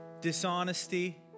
dishonesty